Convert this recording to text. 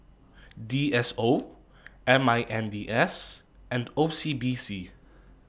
D S O M I N D S and O C B C